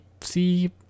see